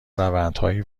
روندهایی